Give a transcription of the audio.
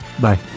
Bye